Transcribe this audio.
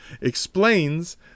explains